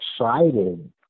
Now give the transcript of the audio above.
excited